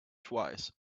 twice